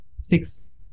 six